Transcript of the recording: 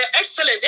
excellent